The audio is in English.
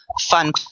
fun